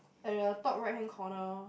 at the top right hand corner